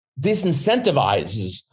disincentivizes